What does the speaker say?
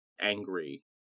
angry